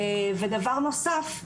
דבר נוסף,